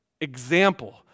example